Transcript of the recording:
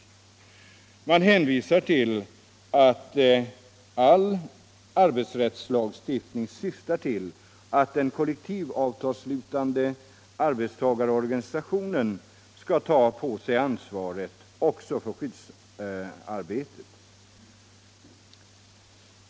Man hänvisar till att all arbetsrättslagsuftning syftar till at den kollektivavtalsslutande arbetstagarorganisationen skall ta på sig ansvaret också på skyddsområdet.